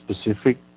specific